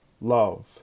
love